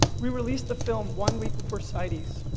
we released the film one week before cites,